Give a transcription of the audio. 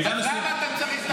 אז למה אתה צריך את החוק?